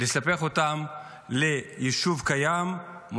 לספח אותן ליישוב קיים,